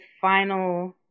final